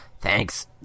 Thanks